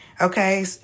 okay